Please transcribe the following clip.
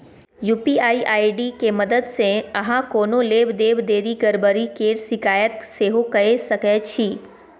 UPI ID के मददसँ अहाँ कोनो लेब देब देखि गरबरी केर शिकायत सेहो कए सकै छी